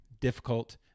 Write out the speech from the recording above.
difficult